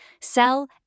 sell